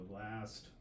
last